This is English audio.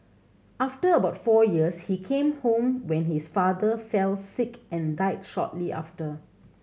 after about four years he came home when his father fell sick and died shortly after